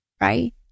right